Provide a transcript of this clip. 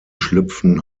schlüpfen